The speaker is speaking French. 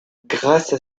grâce